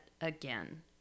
again